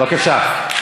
בבקשה.